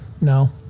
No